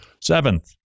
Seventh